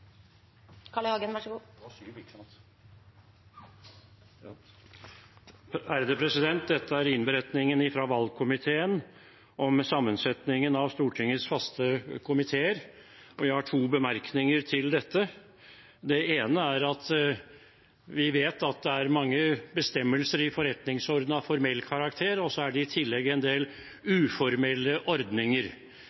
I. Hagen har bedt om ordet. Det gjelder innberetningen fra valgkomiteen om sammensetningen av Stortingets faste komiteer, og jeg har to bemerkninger til den. Det ene er at vi vet at det er mange bestemmelser i forretningsordenen av formell karakter, og så er det i tillegg en del